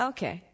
Okay